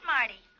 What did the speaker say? Marty